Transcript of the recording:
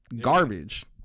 Garbage